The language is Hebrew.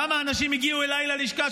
כמה אנשים הגיעו אליי ללשכה,